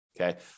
okay